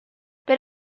per